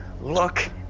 look